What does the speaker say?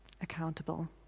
accountable